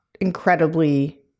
incredibly